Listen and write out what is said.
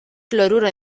cloruro